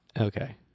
Okay